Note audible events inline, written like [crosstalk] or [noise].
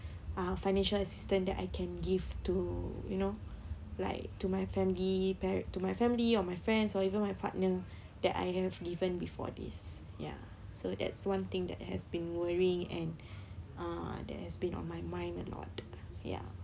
uh financial assistant that I can give to you know like to my family pa~ to my family or my friends or even my partner that I have given before this ya so that's one thing that has been worrying and [breath] uh that has been on my mind a lot ya